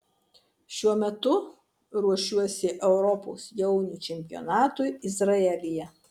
šiuo metu ruošiuosi europos jaunių čempionatui izraelyje